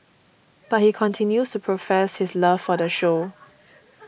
but he continues to profess his love for the show